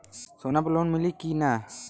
सोना पर लोन मिली की ना?